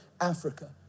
Africa